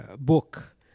book